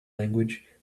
language